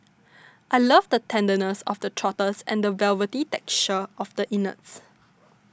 I love the tenderness of the trotters and the velvety texture of the innards